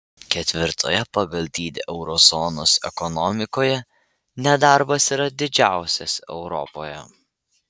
ketvirtoje pagal dydį euro zonos ekonomikoje nedarbas yra didžiausias europoje